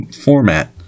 format